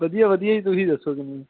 ਵਧੀਆ ਵਧੀਆ ਜੀ ਤੁਸੀਂ ਦੱਸੋ ਕਿਵੇਂ ਜੀ